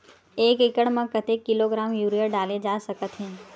एक एकड़ म कतेक किलोग्राम यूरिया डाले जा सकत हे?